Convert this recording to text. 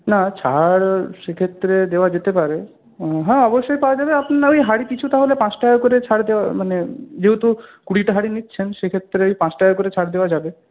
না ছাড় সেক্ষেত্রে দেওয়া যেতে পারে হ্যাঁ অবশ্যই পাওয়া যাবে আপনার ওই হাঁড়ি পিছু তাহলে পাঁচ টাকা করে ছাড় দেওয়া মানে যেহেতু কুড়িটা হাঁড়ি নিচ্ছেন সেক্ষেত্রে পাঁচ টাকা করে ছাড় দেওয়া যাবে